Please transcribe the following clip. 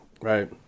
Right